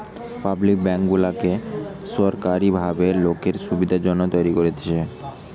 public bank গুলা সোরকারী ভাবে লোকের সুবিধার জন্যে তৈরী করতেছে